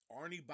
Arnie